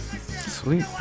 Sweet